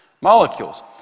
molecules